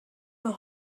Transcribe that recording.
wir